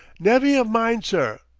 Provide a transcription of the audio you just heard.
nevvy of mine, sir,